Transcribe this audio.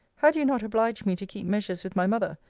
had you not obliged me to keep measures with my mother,